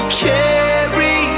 carry